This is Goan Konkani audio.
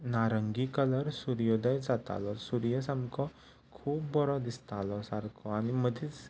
नारंगी कलर सुर्योदय जातालो सूर्य सामको खूब बरो दिसतालो सारको आनी मदींच